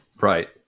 Right